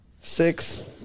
six